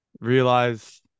realize